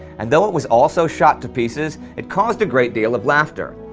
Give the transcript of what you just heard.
and though it was also shot to pieces, it caused a great deal of laughter.